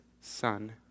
Son